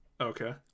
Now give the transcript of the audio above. okay